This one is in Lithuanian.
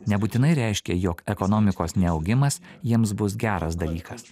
nebūtinai reiškia jog ekonomikos neaugimas jiems bus geras dalykas